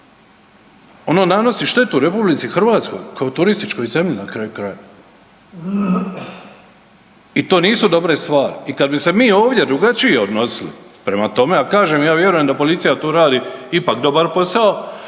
ono nanosi štetu RH kao turističkoj zemlji na kraju krajeva. I to nisu dobre stvari i kad bi se mi ovdje drugačije odnosili prema tome, a kažem ja vjerujem da policija tu radi ipak dobar posao,